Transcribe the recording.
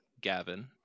Gavin